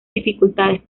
dificultades